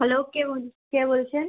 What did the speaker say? hello কে বল কে বলছেন